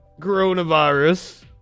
Coronavirus